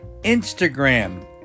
Instagram